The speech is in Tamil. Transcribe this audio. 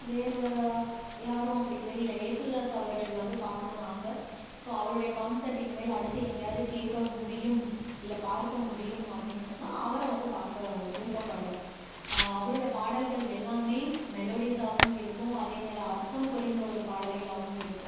வேறு யாரும் அப்படி தெரியலை ஏசுதாஸ் அவர்கள் வந்து பார்க்கனுனு ஆசை ஸோ அவருடைய கான்செட் இனிமேல் அடுத்து எங்கேயாது கேட்க முடியும் இல்லை பார்க்க முடியும் அப்படினு சொன்னால் அவரை வந்து பார்க்க விருப்பப்படுறேன் அவரோட பாடல்கள் எல்லாமே மெலோடிஸாவும் இருக்கும் அதே நில அர்த்தம் புரிந்த ஒரு பாடல்களாவும் இருக்குது